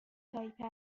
تایپه